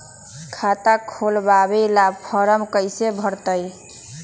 खाता खोलबाबे ला फरम कैसे भरतई?